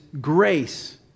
grace